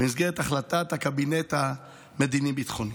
במסגרת החלטת הקבינט המדיני-ביטחוני.